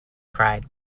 cried